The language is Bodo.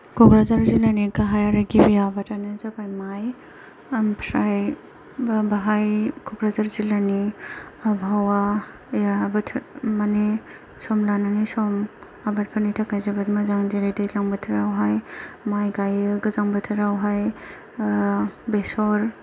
कक्राझार जिल्लानि गाहाय आरो गिबि आबादानो जाबाय माइ ओमफ्राय बेहाय कक्राझार जिल्लानि आबहावायाबो माने सम लानानै सम आबादफोरनि थाखाय जोबोद मोजां जेरै दैज्लां बोथोरावहाय माइ गायो गोजां बोथोरावहाय ओ बेसर